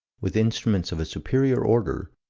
with instruments of a superior order,